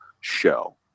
show